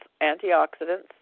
antioxidants